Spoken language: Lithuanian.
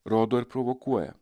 rodo ir provokuoja